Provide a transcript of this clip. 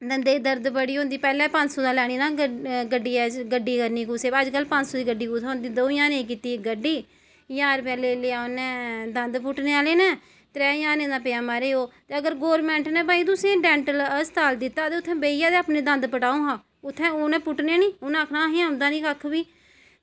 दंदें ई दर्द बड़ी होंदी ते पैह्लें पंज सौ दा लैने ना गड्डी करनी कुसै दी अज्जकल पंज सौ दी गड्डी कुत्थें होनी ते भी दंऊ ज्हारें दी कीती गड्डी ते ज्हार रपेआ लेई लैआ उन्ने दंद पुट्टनै दा ते त्रं'ऊ ज्हारें दा पेआ म्हाराज ओह् ते अगर गौरमेंट नै तुसें ई डेंटल अस्ताल दित्ता हा ते उत्थै बेहियै दंद पुटाओ ना उत्थें उने पुट्टनै निं उनें आक्खना असें औंदा कक्ख निं